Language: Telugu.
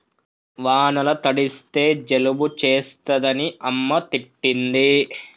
వానల తడిస్తే జలుబు చేస్తదని అమ్మ తిట్టింది